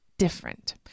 different